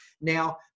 Now